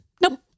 nope